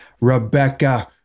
Rebecca